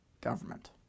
government